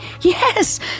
yes